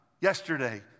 yesterday